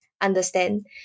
understand